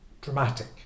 dramatic